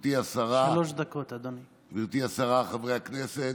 גברתי השרה, חברי הכנסת,